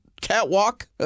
catwalk